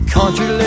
Country